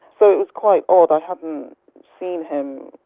so it was quite odd. i hadn't seen him.